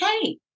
hey